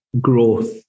growth